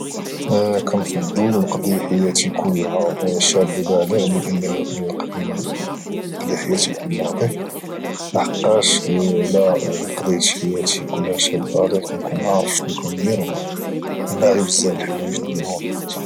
كانفضل نقضي حياتي كلها شابه بالغ على انني نقضي حياتي كلها طفل لحقاش الا قضيت حياتي كلها شاب عليها كنكون عارف شنو كاندير وباغي بزاف ديال الحوايج اللي هما في حياتي